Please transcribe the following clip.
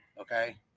Okay